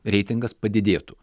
reitingas padidėtų